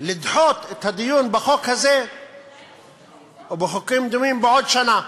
לדחות את הדיון בחוק הזה ובחוקים דומים לעוד שנה.